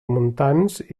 montans